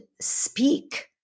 speak